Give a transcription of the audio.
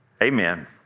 Amen